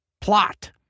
plot